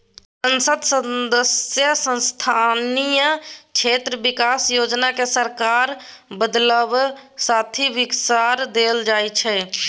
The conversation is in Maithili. संसद सदस्य स्थानीय क्षेत्र बिकास योजना केँ सरकार बदलब साथे बिसरा देल जाइ छै